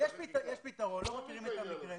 לא מכירים את המקרה.